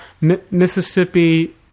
Mississippi